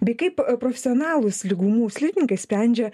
bei kaip profesionalūs lygumų slidininkai sprendžia